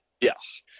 yes